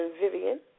Vivian